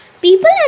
People